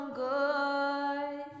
good